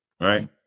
right